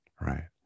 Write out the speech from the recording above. right